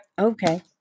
Okay